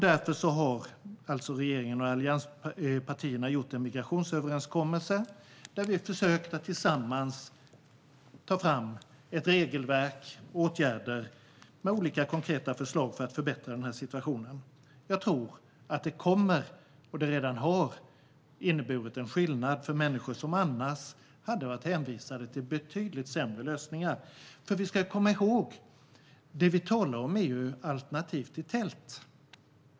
Därför har regeringen och allianspartierna gjort en migrationsöverenskommelse där vi tillsammans har försökt att ta fram ett regelverk och åtgärder med olika konkreta förslag för att förbättra denna situation. Det har redan inneburit och kommer att innebära en skillnad för människor som annars hade varit hänvisade till betydligt sämre lösningar. Det vi talar om är nämligen alternativ till tält.